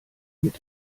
mit